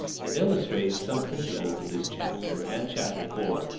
it illustrates some principles of this chapter and chapter four,